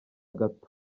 gato